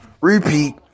Repeat